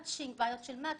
בעיות של מצ'ינג,